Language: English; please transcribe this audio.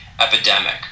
epidemic